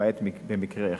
למעט במקרה אחד.